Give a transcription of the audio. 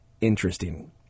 interesting